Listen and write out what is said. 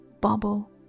bubble